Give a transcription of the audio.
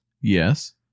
Yes